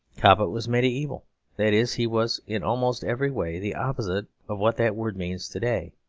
cobbett was mediaeval that is, he was in almost every way the opposite of what that word means to-day.